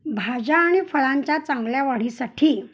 भाज्या आणि फळांच्या चांगल्या वाढीसाठी